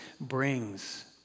brings